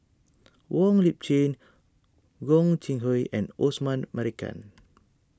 Wong Lip Chin Gog Sing Hooi and Osman Merican